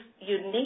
unique